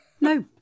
No